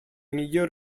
miglior